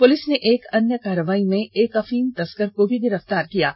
police ने एक अन्य कार्रवाई में एक अफीम तस्कर को भी गिरफ्तार किया है